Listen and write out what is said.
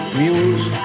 muse